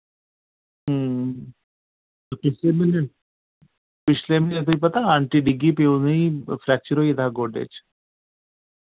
ते पिछले म्हीने पिछले म्हीने तुगी पता आंटी डिग्गी पेई उ'नेई फ्रैक्चर होई दा हा गोड्डे च